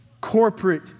corporate